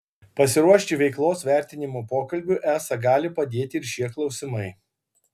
pasiruošti veiklos vertinimo pokalbiui esą gali padėti ir šie klausimai